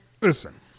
Listen